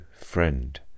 Friend